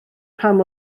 pam